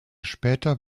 später